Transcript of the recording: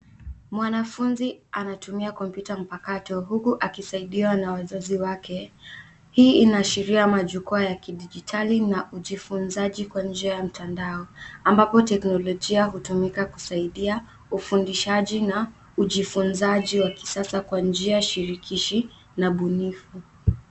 Mwanafunzi anatumia kompyuta mpakato huku akisaidiwa na wazazi wake. Hii inaashiria majukwaa ya kidijitali na ujifunzaji kwa njia ya mtandao, ambapo teknolojia hutumika kusaidia ufundishaji na ujifunzaji wa kisasa kwa njia shirikishi na bunifu.